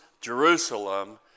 Jerusalem